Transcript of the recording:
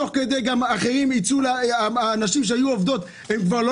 תוך כדי גם הנשים שהיו עובדות כבר לא